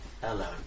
Hello